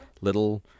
little